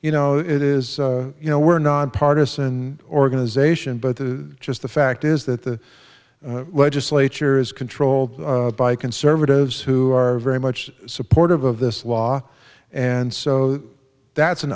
you know it is you know we're nonpartizan organization but the just the fact is that the legislature is controlled by conservatives who are very much supportive of this law and so that's an